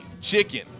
chicken